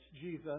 Jesus